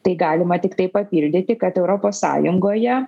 tai galima tiktai papildyti kad europos sąjungoje